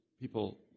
people